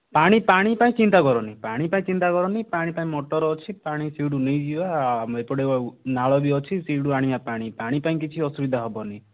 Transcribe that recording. ପାଣି ପାଣି ପାଇଁ ଚିନ୍ତା କରନି ପାଣି ପାଇଁ ଚିନ୍ତା କରନି ପାଣି ପାଇଁ ମଟର୍ ଅଛି ପାଣି ସେଇଠୁ ନେଇ ଯିବା ଆମର ଏପଟେ ନାଳ ବି ଅଛି ସେଇଠୁ ଆଣିବା ପାଣି ପାଣି ପାଇଁ କିଛି ଅସୁବିଧା ହେବନି